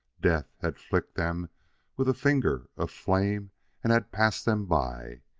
death had flicked them with a finger of flame and had passed them by.